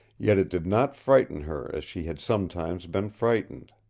yet it did not frighten her as she had sometimes been frightened.